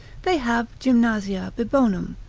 they have gymnasia bibonum,